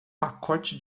pacote